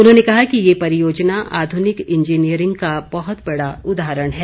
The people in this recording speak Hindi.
उन्होंने कहा कि ये परियोजना आधुनिक इंजीनियरिंग का बहुत बड़ा उदाहरण है